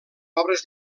obres